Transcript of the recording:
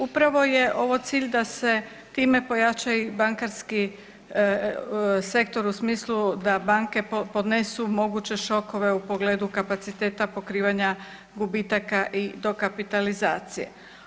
Upravo je ovo cilj da se time pojača i bankarski sektor u smislu da banke podnesu moguće šokove u pogledu kapaciteta pokrivanja gubitaka i dokapitalizacije.